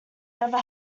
never